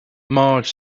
marge